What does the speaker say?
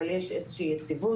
אבל יש איזו שהיא יציבות